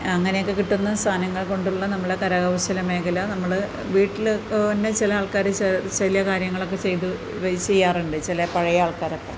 അങ്ങനെയൊക്കെ കിട്ടുന്ന സാധനങ്ങൾ കൊണ്ടുള്ള നമ്മുടെ കരകൗശല മേഖല നമ്മൾ വീട്ടിൽ തന്നെ ചില ആൾക്കാർ ചില കാര്യങ്ങളൊക്കെ ചെയ്തു ചെയ്യാറുണ്ട് ചില പഴയ ആൾക്കാരൊക്കെ